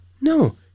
No